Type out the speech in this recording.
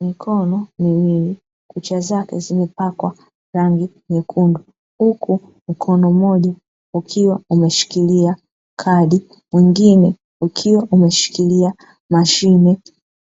Mikono miwili. Kucha zake zimepakwa rangi nyekundu. Huku mkono mmoja ukiwa umeshikilia kadi, mwingine ukiwa umeshikilia mashine